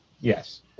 Yes